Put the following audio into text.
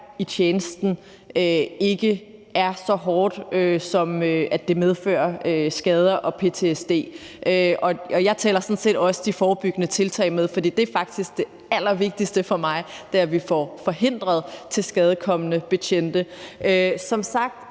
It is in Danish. i tjenesten ikke er så hårdt, at det medfører skader og ptsd. Jeg tæller sådan set også de forebyggende tiltag med, for det er faktisk det allervigtigste for mig, nemlig at vi får forhindret tilskadekomne betjente. Som sagt